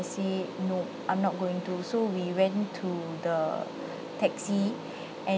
see no I'm not going to so we went to the taxi and